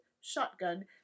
Shotgun